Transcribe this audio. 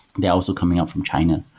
they're also coming out from china.